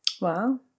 Wow